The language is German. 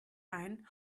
ein